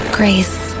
grace